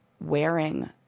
wearing